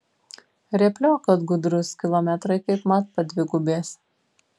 rėpliok kad gudrus kilometrai kaip mat padvigubės